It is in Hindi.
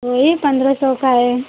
तो ये पन्द्रह सौ का है